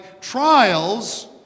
Trials